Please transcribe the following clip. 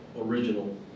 original